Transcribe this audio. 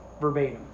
verbatim